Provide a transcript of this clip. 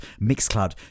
MixCloud